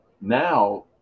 Now